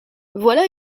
voilà